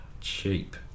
cheap